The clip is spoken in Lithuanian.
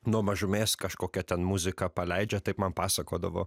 nuo mažumės kažkokią ten muziką paleidžia taip man pasakodavo